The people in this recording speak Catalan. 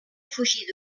fugir